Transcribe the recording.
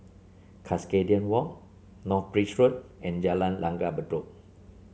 Cuscaden Walk North Bridge Road and Jalan Langgar Bedok